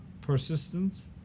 persistence